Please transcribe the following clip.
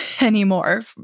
anymore